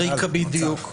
בדיוק.